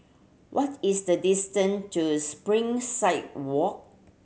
what is the distance to Springside Walk